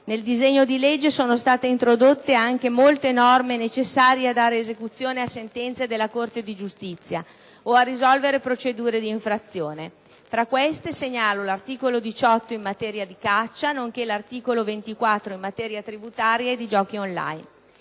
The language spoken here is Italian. nel disegno di legge sono state introdotte anche molte norme necessarie a dare esecuzione a sentenze della Corte di giustizia o a risolvere procedure di infrazione. Fra queste segnalo l'articolo 18 in materia di caccia, nonché l'articolo 24 in materia tributaria e di giochi *on line*.